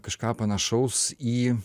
kažką panašaus į